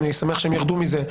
אני שמח שהם ירדו מזה,